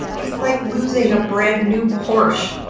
is like losing a brand-new porsche,